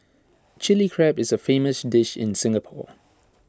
Chilli Crab is A famous dish in Singapore